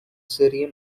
syrian